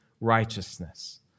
righteousness